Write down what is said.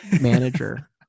manager